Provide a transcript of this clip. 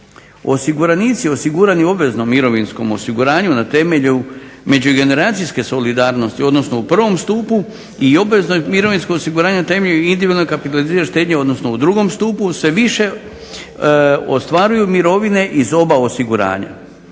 Osiguranici osigurani u obveznom mirovinskom osiguranju na temelju međugeneracijske solidarnosti odnosno u prvom stupu i obvezno mirovinsko osiguranje temeljnu individualne kapitalizirane štednje odnosno u drugom stupu se više ostvaruju mirovine iz oba osiguranja.